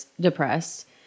depressed